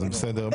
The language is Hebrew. זה בסדר.